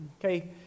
Okay